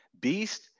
Beast